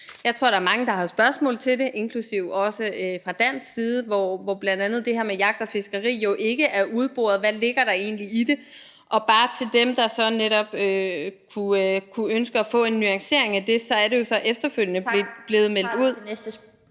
Jeg tror, der er mange, der har spørgsmål til det, inklusive også fra dansk side, hvor bl.a. det her med jagt eller fiskeri jo ikke er udboret – hvad ligger der egentlig i det? Bare til dem, der så netop kunne ønske at få en nuancering af det, så er det jo efterfølgende blevet meldt ud